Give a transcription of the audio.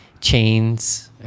chains